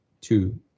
two